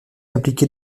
impliqué